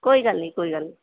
ਕੋਈ ਗੱਲ ਨਹੀਂ ਕੋਈ ਗੱਲ ਨਹੀਂ